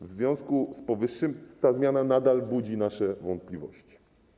W związku z powyższym ta zmiana nadal budzi nasze wątpliwości.